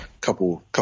couple